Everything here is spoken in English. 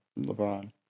LeBron